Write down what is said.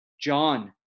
John